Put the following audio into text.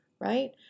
right